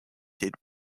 did